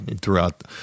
throughout